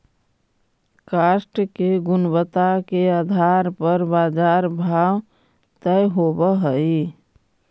काष्ठ के गुणवत्ता के आधार पर बाजार भाव तय होवऽ हई